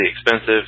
expensive